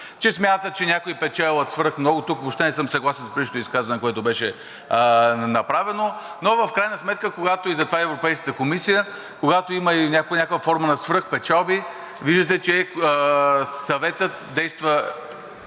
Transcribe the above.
че смята, че някои печелят свръхмного. Тук въобще не съм съгласен с предишното изказване, което беше направено. Но в крайна сметка затова и Европейската комисия, когато има някой някаква форма на свръхпечалби, виждате, че Съветът действа